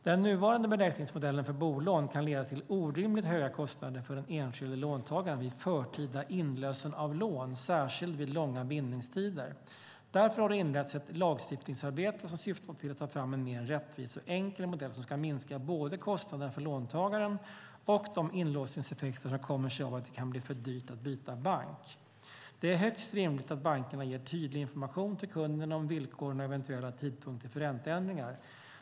Den nuvarande beräkningsmodellen för bolån kan leda till orimligt höga kostnader för den enskilde låntagaren vid förtida inlösen av lån, särskilt vid långa bindningstider. Därför har det inletts ett lagstiftningsarbete som syftar till att ta fram en mer rättvis och enkel modell som ska minska både kostnaderna för låntagaren och de inlåsningseffekter som kommer sig av att det kan bli för dyrt att byta bank. Det är högst rimligt att bankerna ger tydlig information till kunden om villkoren och eventuella tidpunkter för ränteändringar.